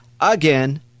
again